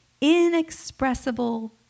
inexpressible